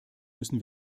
müssen